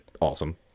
Awesome